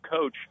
coach